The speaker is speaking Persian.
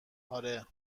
آره